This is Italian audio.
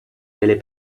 delle